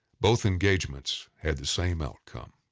both engagements had the same outcome.